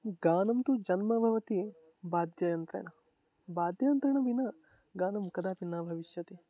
गानं तु जन्म भवति वाद्ययन्त्रेण वाद्ययन्त्रेण विना गानं कदापि न भविष्यति